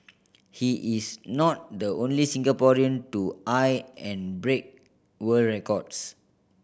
he is not the only Singaporean to eye and break world records